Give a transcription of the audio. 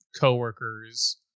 co-workers